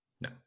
no